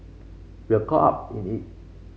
we were caught up in it